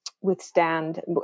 withstand